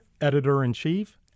Editor-in-Chief